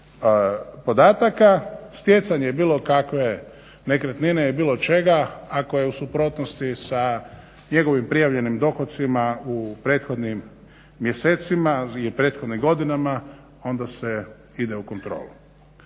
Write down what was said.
podataka stjecanje bilo kakve nekretnine i bilo čega, ako je u suprotnosti sa njegovim prijavljenim dohotcima u prethodnim mjesecima i prethodnim godinama onda se ide u kontrolu.